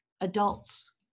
adults